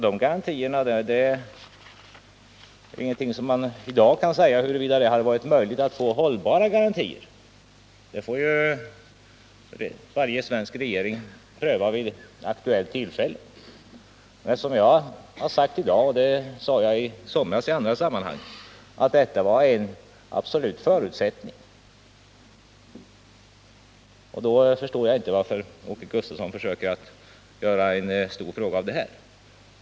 Det är ingen som i dag kan säga huruvida det hade varit möjligt att få hållbara garantier. Den saken får varje svensk regering pröva vid aktuellt tillfälle. Men detta var, som jag har sagt i dag och sade i somras i andra sammanhang, en absolut förutsättning. Därför förstår jag inte varför Åke Gustavsson försöker göra en stor fråga av det här.